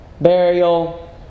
burial